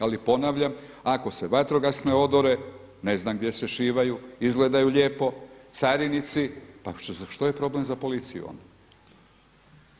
Ali ponavljam, ako vatrogasne odore, ne znam gdje se šivaju, izgledaju lijepo, carinici, pa što je problem za policiju onda?